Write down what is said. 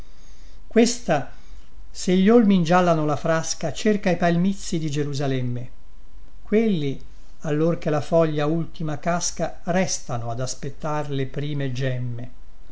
questa se gli olmi ingiallano la frasca cerca i palmizi di gerusalemme quelli allor che la foglia ultima casca restano ad aspettar le prime gemme